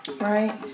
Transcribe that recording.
right